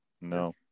No